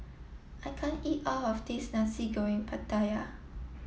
I can't eat all of this Nasi Goreng Pattaya